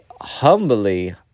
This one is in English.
humbly